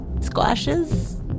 squashes